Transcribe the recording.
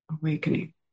Awakening